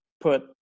put